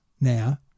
now